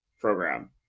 program